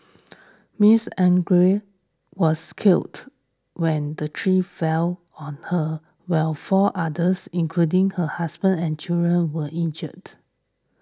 Miss Angara was killed when the tree fell on her while four others including her husband and children were injured